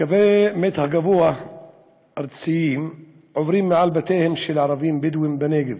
קווי מתח גבוה ארציים עוברים מעל בתיהם של ערבים בדואים בנגב